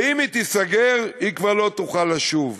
ואם היא תיסגר, היא כבר לא תוכל לשוב.